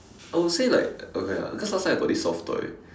I would say like okay ah because last time I got this soft toy